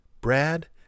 Brad